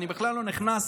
אני בכלל לא נכנס